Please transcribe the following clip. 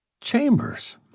Chambers